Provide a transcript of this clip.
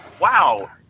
wow